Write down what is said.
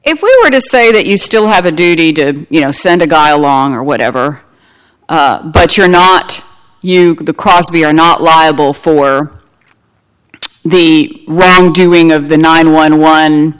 if we were to say that you still have a duty did you know send a guy along or whatever but you're not you the cross be are not liable for the wrongdoing of the nine one one